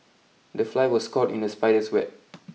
the fly was caught in the spider's web